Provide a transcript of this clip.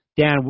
Dan